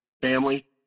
family